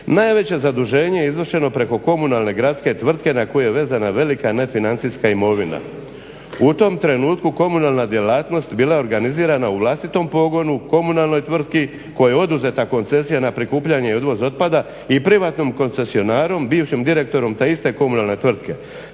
Najveća zaduženje izvršno preko komunalne gradske tvrtke na koju je vezana velika nefinancijska imovina. U tom trenutku komunalna djelatnost bila je organizirana u vlastitom pogonu komunalnoj tvrtki koja je oduzeta koncesija na prikupljanje otpada i odvoz otpada i privatnom koncesionaru bivšem direktoru te iste komunalne tvrtke.